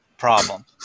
problem